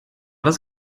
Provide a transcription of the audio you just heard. das